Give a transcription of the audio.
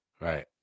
right